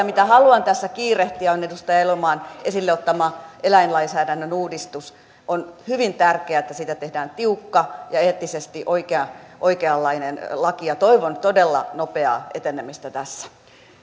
mitä haluan tässä kiirehtiä on edustaja elomaan esille ottama eläinlainsäädännön uudistus on hyvin tärkeää että siitä tehdään tiukka ja eettisesti oikeanlainen laki ja toivon todella nopeaa etenemistä tässä